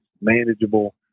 manageable